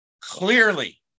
Clearly